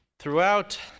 Throughout